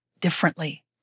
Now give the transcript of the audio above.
differently